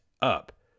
up